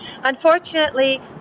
Unfortunately